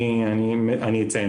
מי אמור לפצות אותם?